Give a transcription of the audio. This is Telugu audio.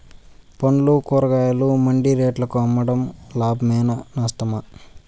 పండ్లు కూరగాయలు మండి రేట్లకు అమ్మడం లాభమేనా నష్టమా?